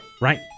Right